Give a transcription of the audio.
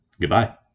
Goodbye